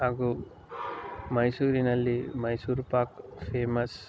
ಹಾಗೂ ಮೈಸೂರಿನಲ್ಲಿ ಮೈಸೂರು ಪಾಕ್ ಫೇಮಸ್